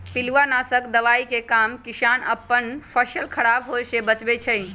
पिलुआ नाशक दवाइ के काम किसान अप्पन फसल ख़राप होय् से बचबै छइ